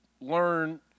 learn